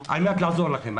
במדינת ישראל על מנת לעזור לכם.